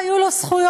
והיו לו זכויות,